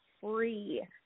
free